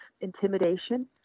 intimidation